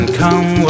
come